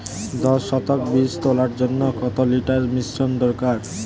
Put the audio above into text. দশ শতক বীজ তলার জন্য কত লিটার মিশ্রন দরকার?